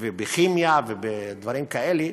בכימיה ובדברים כאלה,